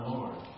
Lord